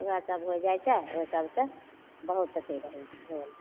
वएहसब हो जाइ छै ओहि सबसे बहुत अथी रहै छै लोक